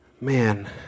man